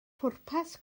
pwrpas